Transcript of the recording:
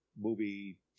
movie